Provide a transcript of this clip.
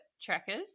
trackers